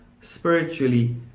spiritually